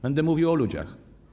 Będę mówił o ludziach.